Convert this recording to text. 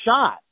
shot